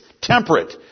temperate